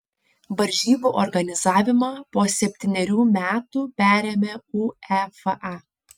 varžybų organizavimą po septynerių metų perėmė uefa